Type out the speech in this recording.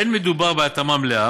אין מדובר בהתאמה מלאה,